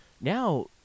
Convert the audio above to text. now